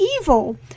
evil